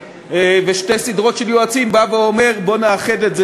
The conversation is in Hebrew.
ושתי סדרות של יועצים בא ואומר: בואו נאחד את זה